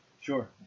Sure